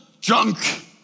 junk